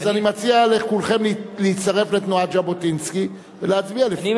אז אני מציע לכולכם להצטרף לתנועת ז'בוטינסקי ולהצביע לפי מצפונכם,